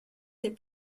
des